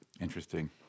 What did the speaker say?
Interesting